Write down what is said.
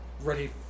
ready